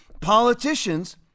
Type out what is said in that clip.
politicians